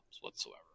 whatsoever